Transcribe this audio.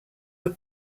were